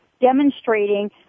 demonstrating